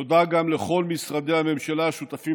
תודה גם לכל משרדי הממשלה השותפים